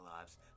lives